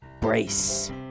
brace